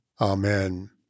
Amen